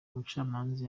umucamanza